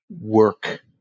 work